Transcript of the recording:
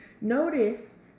notice